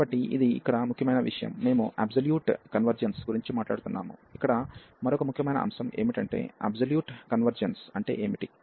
కాబట్టి ఇది ఇక్కడ ముఖ్యమైన విషయం మేము అబ్సొల్యూట్ కన్వర్జెన్స్ గురించి మాట్లాడుతున్నాము ఇక్కడ మరొక ముఖ్యమైన అంశం ఏమిటంటే అబ్సొల్యూట్ కన్వర్జెన్స్ అంటే ఏమిటి